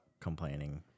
complaining